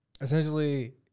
essentially